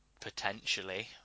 potentially